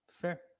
Fair